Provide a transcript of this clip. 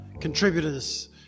contributors